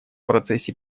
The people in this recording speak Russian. процессе